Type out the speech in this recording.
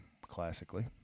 classically